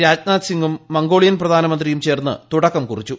രാജ്നാഥ് സിംഗും മംഗോളിയൻ പ്രധാനമന്ത്രിയും ചേർന്ന് തുടക്കം കൂറിച്ചു